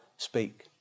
Speak